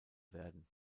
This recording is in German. werden